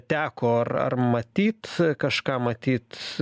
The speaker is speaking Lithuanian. teko ar ar matyt kažką matyt